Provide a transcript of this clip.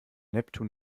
neptun